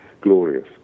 glorious